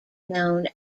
known